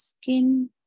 skin